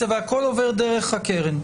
והכול עובר דרך הקרן.